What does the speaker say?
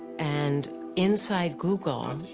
and inside google,